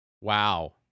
Wow